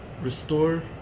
Restore